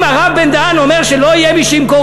אם הרב בן-דהן אומר שלא יהיה מי שימכור